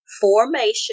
Formation